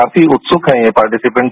काफी उत्सुक हैं ये पार्टिसिपेंट